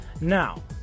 now